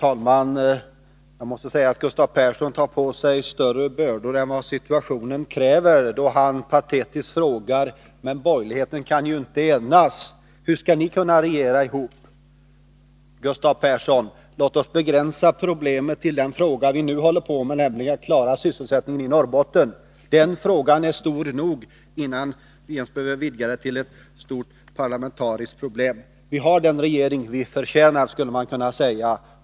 Herr talman! Gustav Persson tar på sig större bördor än vad situationen kräver då han patetiskt frågar: Hur skall borgerligheten kunna regera ihop, när ni inte kan enas? Låt oss, Gustav Persson, begränsa diskussionen till den fråga som vi nu debatterar, nämligen hur vi skall klara sysselsättningen i Norrbotten. Den frågan är stor nog — vi behöver inte vidga den till ett parlamentariskt problem. Vi har den regering vi förtjänar, skulle man kunna säga.